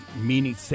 Meaning